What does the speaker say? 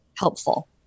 helpful